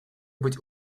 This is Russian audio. быть